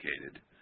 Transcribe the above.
educated